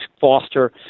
Foster